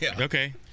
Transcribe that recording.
Okay